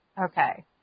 Okay